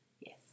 Yes